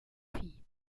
filles